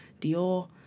Dior